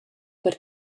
per